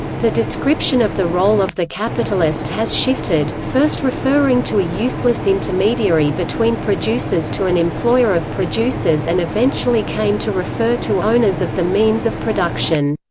the description of the role of the capitalist has shifted, first referring to a useless intermediary between producers to an employer of producers and eventually came to refer to owners of the means of production.